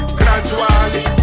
gradually